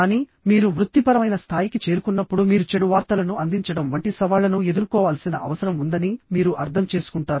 కానీ మీరు వృత్తిపరమైన స్థాయికి చేరుకున్నప్పుడు మీరు చెడు వార్తలను అందించడం వంటి సవాళ్లను ఎదుర్కోవాల్సిన అవసరం ఉందని మీరు అర్థం చేసుకుంటారు